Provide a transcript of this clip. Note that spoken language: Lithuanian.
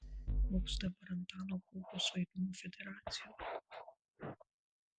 koks dabar antano guogos vaidmuo federacijoje